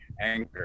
anger